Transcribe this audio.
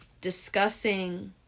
discussing